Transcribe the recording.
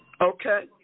Okay